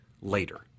later